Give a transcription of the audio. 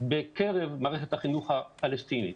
בקרב מערכת החינוך הפלסטיני.